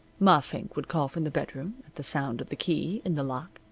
ma fink would call from the bedroom, at the sound of the key in the lock.